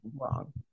wrong